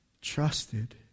trusted